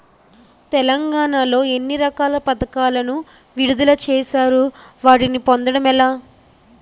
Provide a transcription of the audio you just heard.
తెలంగాణ లో ఎన్ని రకాల పథకాలను విడుదల చేశారు? వాటిని పొందడం ఎలా?